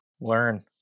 learn